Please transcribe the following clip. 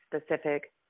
specific